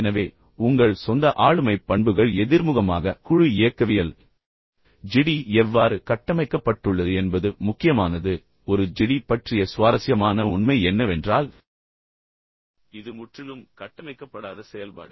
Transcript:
எனவே உங்கள் சொந்த ஆளுமைப் பண்புகள் எதிர்முகமாக குழு இயக்கவியல் எனவே ஜிடி எவ்வாறு கட்டமைக்கப்பட்டுள்ளது என்பது முக்கியமானது ஒரு ஜிடி பற்றிய சுவாரஸ்யமான உண்மை என்னவென்றால் இது முற்றிலும் கட்டமைக்கப்படாத செயல்பாடு